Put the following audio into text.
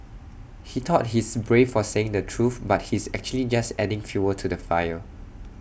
he thought he's brave for saying the truth but he's actually just adding fuel to the fire